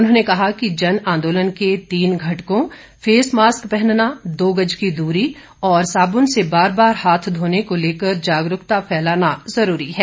उन्होंने कहा कि जनआंदोलन के तीन घटकों फेस मास्क पहनना दो गज की दूरी और साबुन से बार बार हाथ धोने को लेकर जागरूकता फैलाना जरूरी है